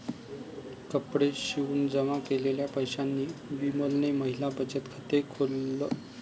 कपडे शिवून जमा केलेल्या पैशांनी विमलने महिला बचत खाते खोल्ल